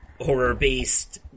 horror-based